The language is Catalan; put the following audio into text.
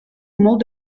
molt